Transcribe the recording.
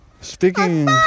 Speaking